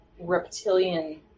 reptilian